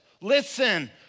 Listen